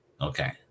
Okay